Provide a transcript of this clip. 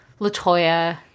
latoya